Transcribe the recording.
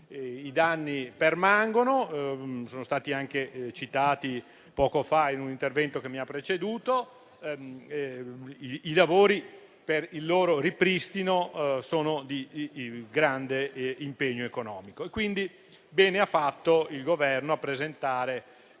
i danni permangono (sono stati anche citati poco fa in un intervento che mi ha preceduto) e i lavori per il loro ripristino sono di grande impegno economico. Bene quindi ha fatto il Governo a presentare